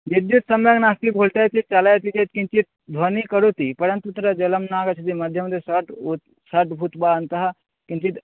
विद्युत् सम्यक् नास्ति बोल्तयति चालयति चेत् किञ्चित् ध्वनिं करोति परं तु तत्र जलं नागच्छति मध्ये मध्ये स्टार्ट् उत् स्टार्ट् भुत्वा अन्तः किञ्चित्